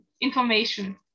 information